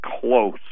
close